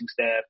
staff